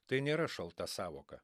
tai nėra šalta sąvoka